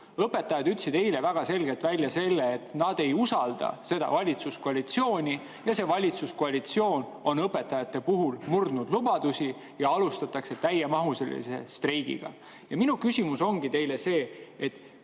Õpetajad ütlesid eile väga selgelt välja, et nad ei usalda seda valitsuskoalitsiooni, see valitsuskoalitsioon on õpetajate puhul murdnud lubadusi ja alustatakse täiemahulist streiki. Ja minu küsimus ongi teile see: